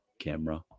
camera